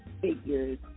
figures